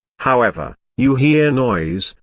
however, you hear noise,